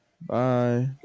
Bye